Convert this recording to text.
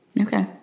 Okay